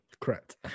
Correct